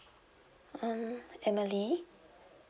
mm emily